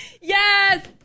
Yes